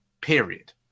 period